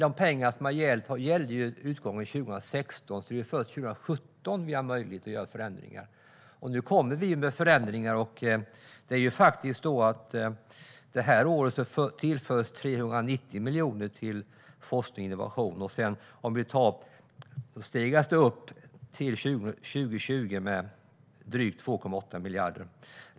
De pengar som har gällt gällde till utgången av 2016, så det är först 2017 vi har möjlighet att göra förändringar. Nu kommer vi med förändringar. Det här året tillförs 390 miljoner till forskning och innovation. Det stegas upp till 2020 med drygt 2,8 miljarder.